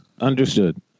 Understood